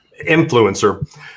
influencer